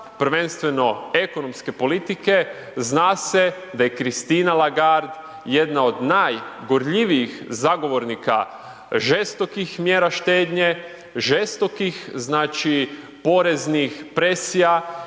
prvenstveno ekonomske politike, zna se da je Christine Lagarde jedna od najgorljivijih zagovornika žestokih mjera štednje, žestokih poreznih presija